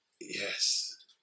Yes